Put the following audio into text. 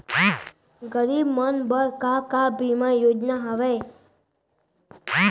गरीब मन बर का का बीमा योजना हावे?